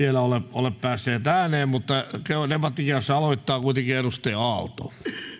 vielä ole päässeet ääneen mutta debattikierroksen aloittaa kuitenkin edustaja aalto